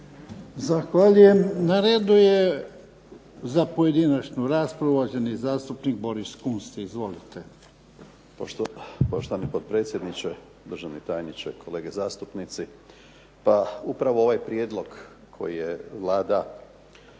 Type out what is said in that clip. Zahvaljujem. Na redu je za pojedinačnu raspravu uvaženi zastupnik Boris Kunst. Izvolite. **Kunst, Boris (HDZ)** Poštovani potpredsjedniče, državni tajniče, kolege zastupnici. Pa upravo ovaj prijedlog koji je Vlada